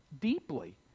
deeply